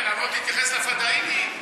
עוד מעט תייחס לפדאינים לטרור.